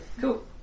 cool